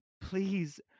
Please